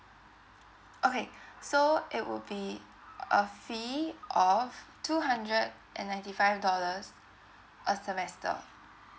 okay so it would be a fee of two hundred and ninety five dollars a semester